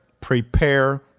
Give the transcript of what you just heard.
prepare